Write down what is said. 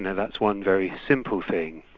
and that's one very simple thing.